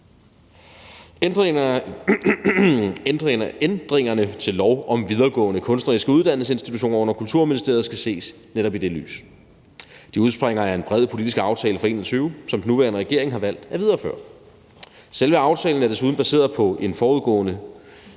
Ændringerne til lov om videregående kunstneriske uddannelsesinstitutioner under Kulturministeriet skal ses netop i det lys. De udspringer af en bred politisk aftale fra 2021, som den nuværende regering har valgt at videreføre. Selve aftalen er desuden baseret på en god del